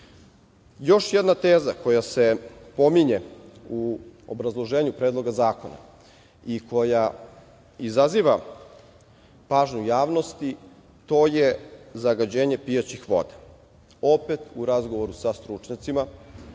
jedna teza koja se pominje u obrazloženju Predloga zakona i koja izaziva pažnju javnosti, to je zagađenje pijaćih voda. Opet, u razgovoru sa stručnjacima,